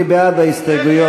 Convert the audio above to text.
מי בעד ההסתייגויות?